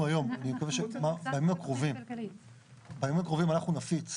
בימים הקרובים אנחנו נפיץ